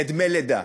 לדמי לידה.